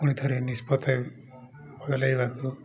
ପୁଣିଥରେ ନିଷ୍ପତି ବାକୁ